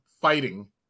fighting